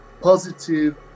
positive